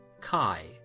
Kai